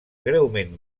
greument